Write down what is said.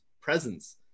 presence